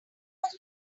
was